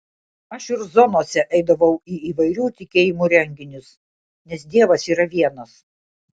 aš ir zonose eidavau į įvairių tikėjimų renginius nes dievas yra vienas